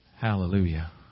Hallelujah